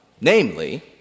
namely